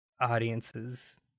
audiences